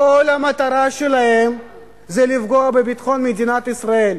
כל המטרה שלהם זה לפגוע בביטחון מדינת ישראל.